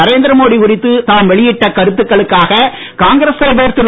நரேந்திர மோடி குறித்து தாம்வெளியிட்ட கருத்துக்களுக்காக காங்கிரஸ்தலைவர் திரு